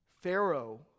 Pharaoh